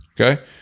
Okay